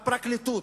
לפרקליטות,